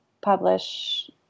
publish